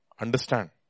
Understand